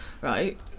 Right